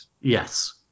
Yes